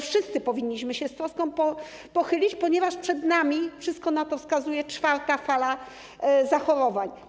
Wszyscy powinniśmy się nad tym pochylić z troską, ponieważ przed nami, wszystko na to wskazuje, czwarta fala zachorowań.